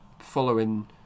Following